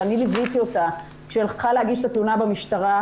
ואני ליוויתי אותה כשהיא הלכה להגיש את התלונה במשטרה.